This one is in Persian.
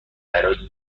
برای